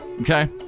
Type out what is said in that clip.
Okay